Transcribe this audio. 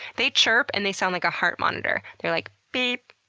they chirp and they sound like a heart monitor. they're like beep.